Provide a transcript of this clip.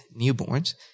newborns